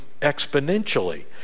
exponentially